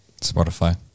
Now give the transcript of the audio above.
Spotify